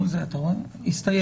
הסתיים.